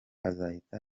azahita